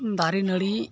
ᱫᱟᱨᱮᱼᱱᱟᱹᱲᱤ